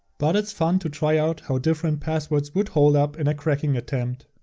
but it's fun to try out how different passwords would hold up in a cracking attempt.